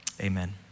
Amen